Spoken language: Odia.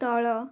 ତଳ